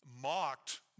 mocked